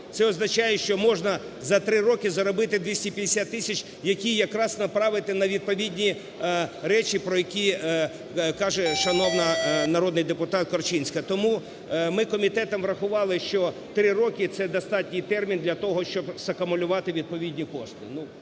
це означає, що можна за три роки заробити 250 тисяч, які якраз направити на відповідні речі, про які каже шановна народний депутат Корчинська. Тому ми комітетом врахували, що три роки – це достатній термін для того, щоб закумулювати відповідні кошти.